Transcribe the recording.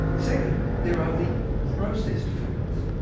second, there are the processed foods.